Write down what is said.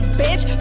bitch